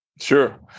Sure